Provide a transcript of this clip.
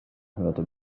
hörte